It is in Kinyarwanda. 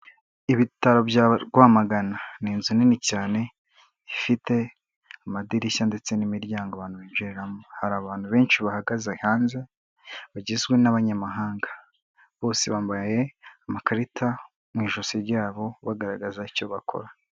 Ibitaro bya Rwamagana. Ni inzu nini cyane ifite amadirishya ndetse n'imiryango abantu binjiriramo. Hari abantu benshi bahagaze hanze bagizwe n'abanyamahanga, bose bambaye amakarita mu ijosi ryabo bagaragaza icyo bakora.